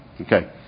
Okay